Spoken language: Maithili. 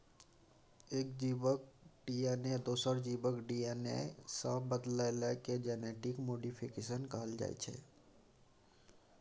एक जीबक डी.एन.ए दोसर जीबक डी.एन.ए सँ बदलला केँ जेनेटिक मोडीफिकेशन कहल जाइ छै